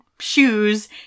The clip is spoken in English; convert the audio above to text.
shoes